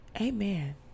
Amen